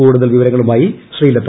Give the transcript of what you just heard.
കൂടുതൽ വിവരങ്ങളുമായി ശ്രീലത